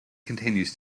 continues